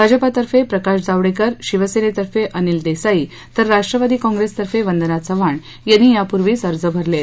भाजपाकडून प्रकाश जावडेकर शिवसेनेतर्फे अनिल देसाई तर राष्ट्रवादी कॉप्रेसतर्फे वंदना चव्हाण यांनी याआधीच अर्ज भरले आहेत